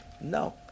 No